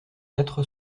quatre